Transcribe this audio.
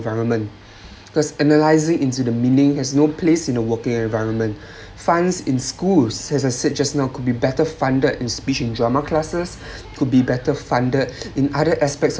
environment because analysing into the meaning has no place in the working environment funds in schools as I said just now could be better funded in speech in drama classes could be better funded in other aspects of